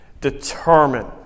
Determine